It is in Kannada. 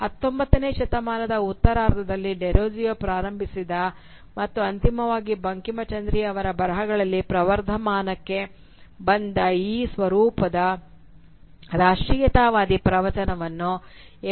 19 ನೇ ಶತಮಾನದ ಉತ್ತರಾರ್ಧದಲ್ಲಿ ಡೆರೋಜಿಯೊ ಪ್ರಾರಂಭಿಸಿದ ಮತ್ತು ಅಂತಿಮವಾಗಿ ಬಂಕಿಂಚಂದ್ರ ಅವರ ಬರಹಗಳಲ್ಲಿ ಪ್ರವರ್ಧಮಾನಕ್ಕೆ ಬಂದ ಈ ಸ್ವರೂಪದ ರಾಷ್ಟ್ರೀಯತಾವಾದಿ ಪ್ರವಚನವನ್ನು ಎಂ